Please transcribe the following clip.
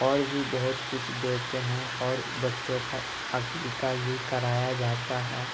اور بھی بہت کچھ دیتے ہیں اور بچّوں کا عقیقہ بھی کرایا جاتا ہے